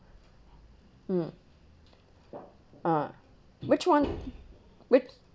mm ah which one width